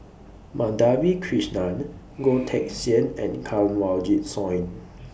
Madhavi Krishnan Goh Teck Sian and Kanwaljit Soin